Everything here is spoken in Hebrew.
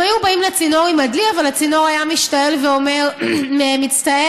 הם היו באים לצינור עם הדלי אבל הצינור היה משתעל ואומר: מצטער,